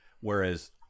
Whereas